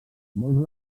molts